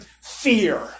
fear